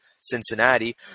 Cincinnati